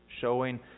Showing